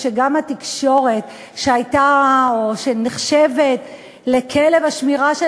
כשגם התקשורת שהייתה או שנחשבת לכלב השמירה של